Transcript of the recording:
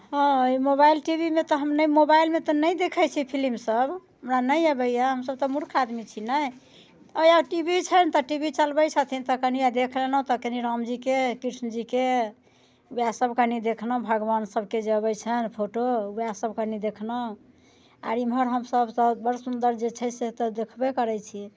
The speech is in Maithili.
हँ मोबाइल टीवीमे तऽ हम नहि मोबाइलमे तऽ नहि देखैत छियै फिलिम सभ हमरा नहि अबैया हम सभ तऽ मूर्ख आदमी छी ने इएह टी वी छनि तऽ टी वी चलबैत छथिन तऽ कनिये देखि लेलहुँ देखलिअनि रामजीके कृष्णजीके ओएह सभ कनि देखलहुँ भगवान सभकेँ जे अबैत छनि फोटो ओएह सभ कनि देखलहुँ आर एम्हर हम सब सभ बड़ सुंदर जे छै से तऽ देखबै करैत छी